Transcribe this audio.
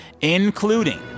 including